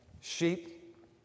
sheep